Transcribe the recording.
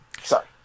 Sorry